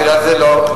את יודעת את זה.